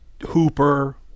Hooper